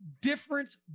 different